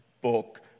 book